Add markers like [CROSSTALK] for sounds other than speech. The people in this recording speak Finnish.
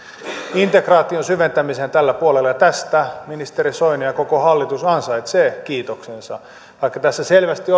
integ raation syventämiseen tällä puolella ja tästä ministeri soini ja koko hallitus ansaitsee kiitoksensa vaikka selvästi [UNINTELLIGIBLE]